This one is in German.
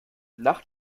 nach